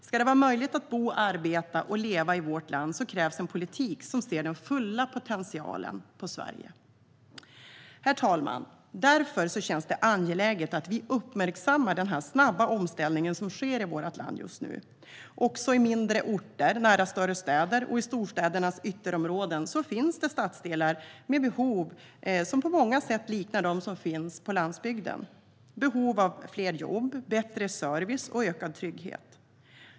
Om det ska vara möjligt att bo, arbeta och leva i vårt land krävs en politik som ser Sveriges fulla potential. Därför känns det angeläget att vi uppmärksammar den snabba omställning som sker i vårt land just nu. Också på mindre orter nära större städer och i storstädernas ytterområden finns det stadsdelar med behov som på många sätt liknar de som finns på landsbygden. Det behövs fler jobb, bättre service och ökad trygghet.